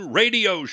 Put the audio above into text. radio